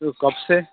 वह कब से